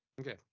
Okay